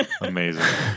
amazing